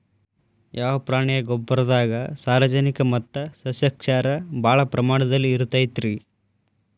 ಯಾವ ಪ್ರಾಣಿಯ ಗೊಬ್ಬರದಾಗ ಸಾರಜನಕ ಮತ್ತ ಸಸ್ಯಕ್ಷಾರ ಭಾಳ ಪ್ರಮಾಣದಲ್ಲಿ ಇರುತೈತರೇ?